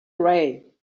ray